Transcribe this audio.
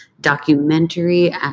documentary